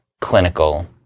clinical